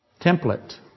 template